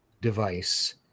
device